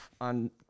on